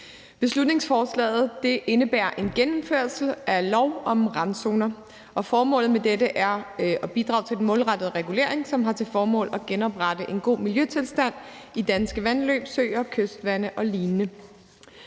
Beslutningsforslaget indebærer en genindførelse af lov om randzoner, og formålet med dette er at bidrage til den målrettede regulering, som har til formål at genoprette en god miljøtilstand i danske vandløb, søer, kystvande og lignende.